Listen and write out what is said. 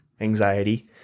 anxiety